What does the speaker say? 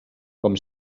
com